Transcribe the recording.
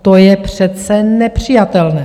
To je přece nepřijatelné!